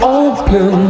open